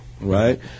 Right